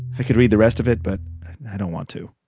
i could read the rest of it, but i don't want to.